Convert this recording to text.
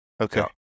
Okay